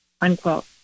unquote